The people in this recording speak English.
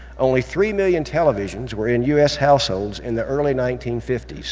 only three million television were in us households in the early nineteen fifty s.